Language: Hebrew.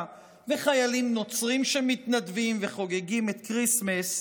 וחיילים נוצרים שמתנדבים וחוגגים את כריסטמס.